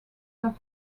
have